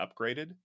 upgraded